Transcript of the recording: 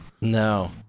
No